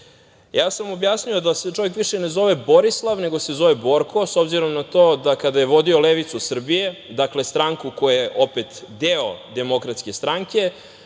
desilo? Objasnio sam da se čovek više ne zove Borislav, nego se zove Borko, s obzirom na to da kada je vodio Levicu Srbije, dakle stranku koja je opet deo DS, on